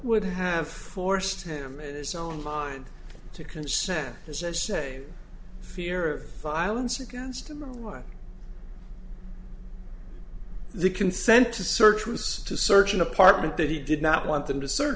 would have forced him in his own mind to consent to such a fear of violence against him the right the consent to search was to search an apartment that he did not want them to search